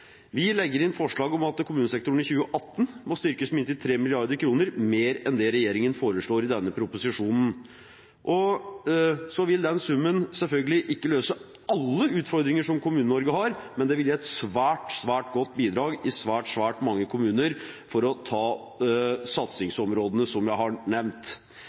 Vi legger inn forslag om at kommunesektoren i 2018 må styrkes med inntil 3 mrd. kr mer enn det regjeringen foreslår i denne proposisjonen. Så vil den summen selvfølgelig ikke løse alle utfordringer som Kommune-Norge har, men det vil gi et svært, svært godt bidrag i svært, svært mange kommuner, for å ta satsingsområdene som jeg har nevnt.